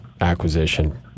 acquisition